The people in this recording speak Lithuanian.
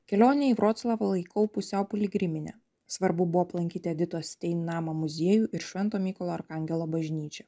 kelionę į vroclavą laikau pusiau piligriminė svarbu buvo aplankyti editos stein namą muziejų ir švento mykolo arkangelo bažnyčią